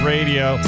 Radio